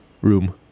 room